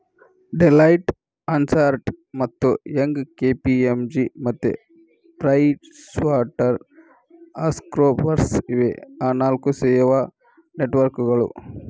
Deloitte, Ernst ಮತ್ತು Young, KPMG ಮತ್ತು PricewaterhouseCoopers ಇವೇ ಆ ನಾಲ್ಕು ಸೇವಾ ನೆಟ್ವರ್ಕ್ಕುಗಳು